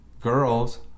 girls